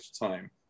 time